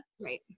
Right